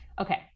Okay